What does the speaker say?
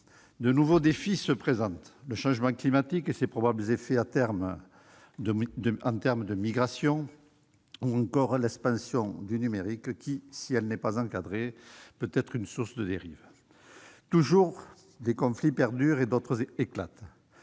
De nouveaux défis se présentent : le changement climatique et ses probables effets en termes de migrations, ou encore l'expansion du numérique, qui, si elle n'est pas encadrée, peut être une source de dérives. Toujours, des conflits perdurent et d'autres éclatent.